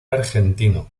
argentino